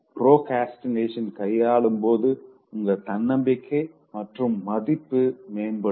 பிராக்ரஸ்டினேஷன கையாளும்போது உங்க தன்னம்பிக்கை மற்றும் மதிப்பு மேம்படும்